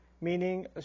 meaning